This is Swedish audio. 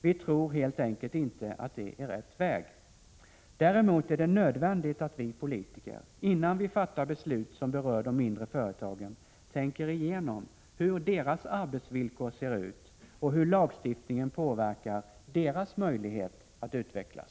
Vi tror helt enkelt inte att det är rätt väg. Däremot är det nödvändigt att vi politiker, innan vi fattar beslut som berör de mindre företagen, tänker igenom hur deras arbetsvillkor ser ut och hur lagstiftningen påverkar deras möjlighet att utvecklas.